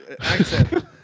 accent